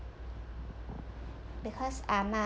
because I'm uh